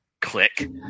Click